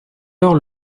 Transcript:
heure